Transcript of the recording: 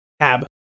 Cab